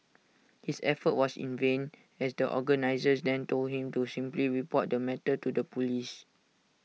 his effort was in vain as the organisers then told him to simply report the matter to the Police